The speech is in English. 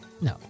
No